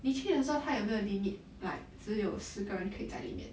你去的时候她有没有 limit like 只有四个人可以在里面